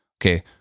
okay